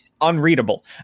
unreadable